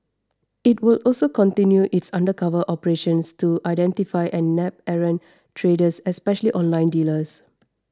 it will also continue its undercover operations to identify and nab errant traders especially online dealers